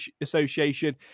Association